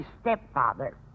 stepfather